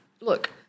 look